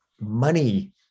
money